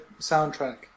soundtrack